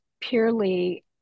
purely